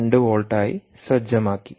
2 വോൾട്ടായി സജ്ജമാക്കി